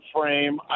frame